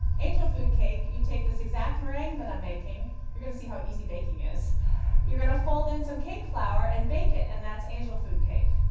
angel food cake, you take this exact meringue that i'm making you're going to see how easy baking is you're going to fold in some cake flour and bake it, and that's angel food cake.